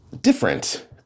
different